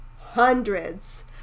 hundreds